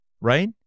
Right